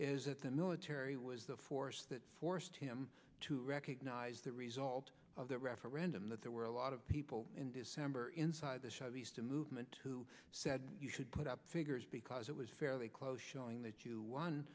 that the military was the force that forced him to recognize the result of that referendum that there were a lot of people in december inside the show these to movement who said you should put up figures because it was fairly close showing that you won